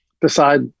decide